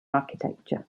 architecture